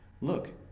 look